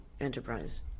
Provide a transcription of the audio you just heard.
enterprise